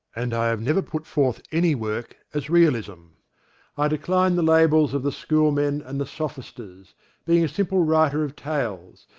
and i have never put forth any work as realism i decline the labels of the school men and the sophisters being a simple writer of tales,